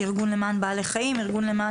ארגון למען בעלי חיים - ארגון למען